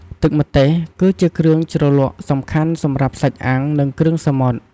ទឹកម្ទេសគឺជាគ្រឿងជ្រលក់សំខាន់សម្រាប់សាច់អាំង និងគ្រឿងសមុទ្រ។